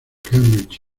cambridge